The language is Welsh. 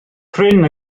prin